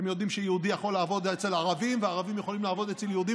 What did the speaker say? אתם יודעים שיהודי יכול לעבוד אצל ערבי וערבים יכולים לעבוד אצל יהודים,